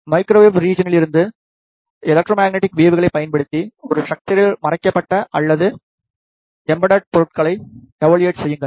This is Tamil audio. மைக்ரோவேவ் ரிஜியனிலிருந்து எலெக்ட்ரோமேக்னெட்டிக் வேவ்களைப் பயன்படுத்தி ஒரு ஸ்ட்ரக்ச்சரில் மறைக்கப்பட்ட அல்லது எம்பெட்டெட் பொருட்களை எவளுயேட் செய்யுங்கள்